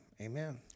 amen